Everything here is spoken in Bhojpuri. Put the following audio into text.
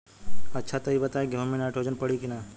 अच्छा त ई बताईं गेहूँ मे नाइट्रोजन पड़ी कि ना?